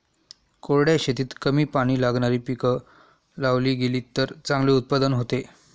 कोरड्या शेतीत कमी पाणी लागणारी पिकं लावली गेलीत तर चांगले उत्पादन होते